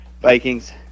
Vikings